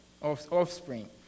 offspring